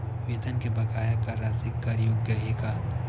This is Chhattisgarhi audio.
वेतन के बकाया कर राशि कर योग्य हे का?